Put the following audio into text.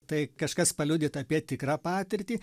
tai kažkas paliudyt apie tikrą patirtį